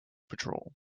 patrol